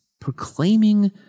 proclaiming